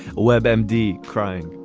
web m d. crying.